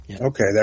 okay